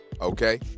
okay